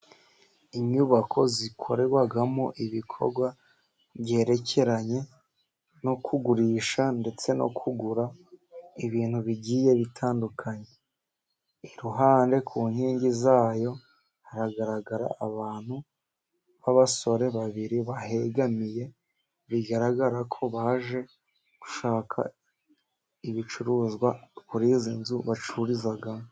Inyubako zikorerwamo ibikorwa byerekeranye no kugurisha ndetse no kugura ibintu bigiye bitandukanye, iruhande ku nkingi zayo haragaragara abantu b'abasore babiri bahegamiye, bigaragara ko baje gushaka ibicuruzwa kuri izi nzu bacururizamo.